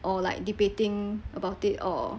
or like debating about it or